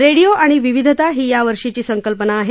radio आणि विविधता ही या वर्षीची संकल्पना आहे